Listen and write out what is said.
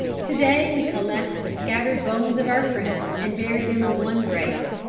to-day we collect the scattered bones of our friends and bury them in one grave.